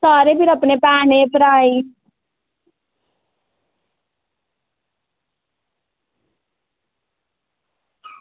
सारें भी अपने भैनें भ्रांएं ई